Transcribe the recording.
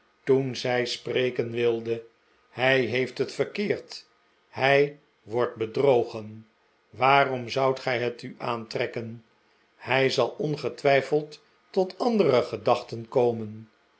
toen zij spreken wilde hij heeft het verkeerd hij wordt bedrogen waarom zoudt gij het u aantrekken hij zal ongetwijfeld tot andere gedachten komen